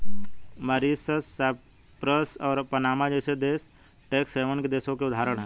Mauritius, Cyprus और Panama जैसे देश टैक्स हैवन देशों के उदाहरण है